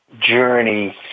journey